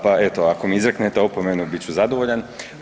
Pa eto, ako mi izreknete opomenu bit ću zadovoljan.